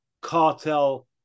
cartel